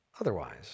Otherwise